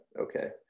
okay